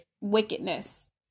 wickedness